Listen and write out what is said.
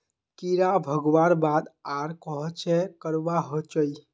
कीड़ा भगवार बाद आर कोहचे करवा होचए?